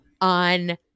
On